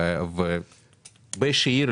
באיזושהי עיר,